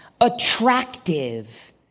attractive